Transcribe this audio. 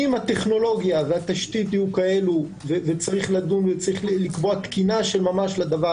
אם הטכנולוגיה והתשתית יהיו כאלה וצריך לקבוע תקינה של ממש לדבר